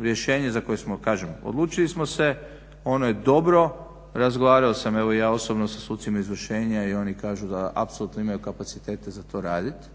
rješenje za koje smo, kažem odlučili smo se. Ono je dobro, razgovarao sam evo i ja osobno sa sucima izvršenja i oni kažu da apsolutno imaju kapacitete za to raditi,